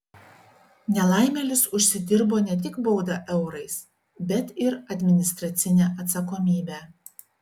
nelaimėlis užsidirbo ne tik baudą eurais bet ir administracinę atsakomybę